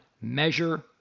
measure